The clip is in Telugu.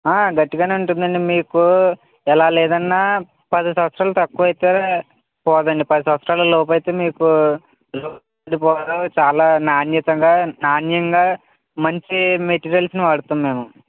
గట్టిగానే ఉంటుందండి మీకు ఎలా లేదన్నా పది సంవత్సరాలు తక్కువైతే పోదండి పది సంవత్సరాలలోపైతే మీకు చాలా నాణ్యతగా నాణ్యంగా మంచి మెటీరియల్స్ని వాడతం మేము